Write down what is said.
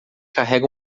carrega